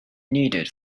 needed